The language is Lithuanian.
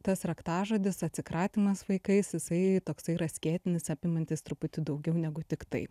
tas raktažodis atsikratymas vaikais jisai toksai yra skėtinis apimantis truputį daugiau negu tik tai